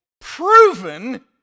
proven